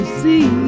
see